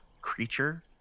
creature